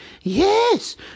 Yes